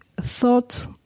Thought